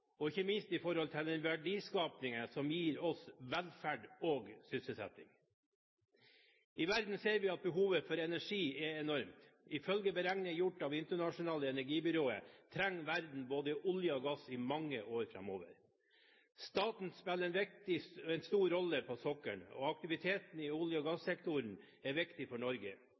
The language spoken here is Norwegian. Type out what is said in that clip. og ikke minst for den verdiskapingen som gir oss velferd og sysselsetting. I verden ser vi at behovet for energi er enormt. Ifølge beregninger gjort av Det internasjonale energibyrået trenger verden både olje og gass i mange år framover. Staten spiller en stor rolle på sokkelen, og aktiviteten i olje- og gassektoren er viktig for Norge.